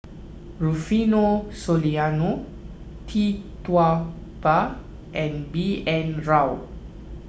Rufino Soliano Tee Tua Ba and B N Rao